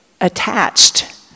attached